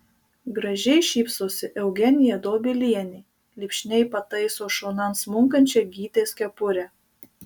gražiai šypsosi eugenija dobilienė lipšniai pataiso šonan smunkančią gytės kepurę